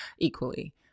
equally